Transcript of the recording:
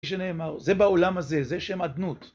כשנאמר, זה בעולם הזה, זה שם עדנות.